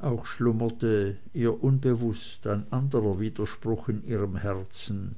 auch schlummerte ihr unbewußt ein anderer widerspruch in ihrem herzen